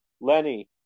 Lenny